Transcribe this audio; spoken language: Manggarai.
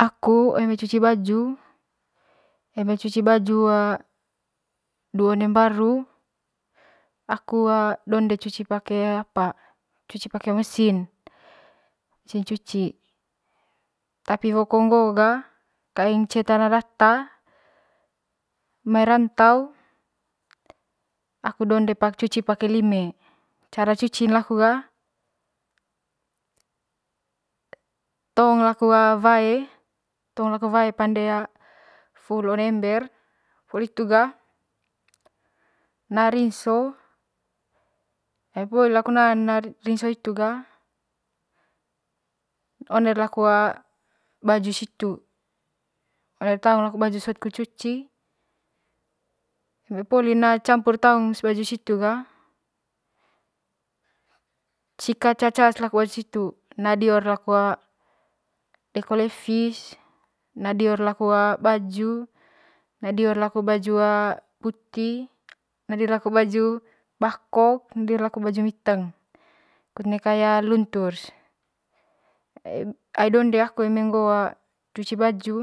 Aku eme cuci baju eme cuci baju eme cuci baju du one mbaru aku donde pake apa cuci pake mesin mesin cuci tapi woko ngoo ga kaeng cee tana data merantau aku donde cucui pake lime cara cucin laku ga tong laku wae tong laku wae pade full one ember na one ember poli hitu ga naa rinso ai poli laku n'an rinso oner laku baju situ one taung laku baju lsot cuci eme poli na campur taung baju situ ga cikat ca- ca laku baju situ na dior laku deko levis na dior laku baju na dior laku baju puti na dior laku baju bakok na dio laku baju miteng kut nekas luntur ai donde aku eme ngoo cuci baju